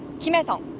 kim hye-sung,